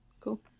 Cool